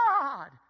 God